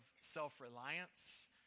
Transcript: self-reliance